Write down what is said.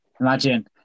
Imagine